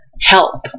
help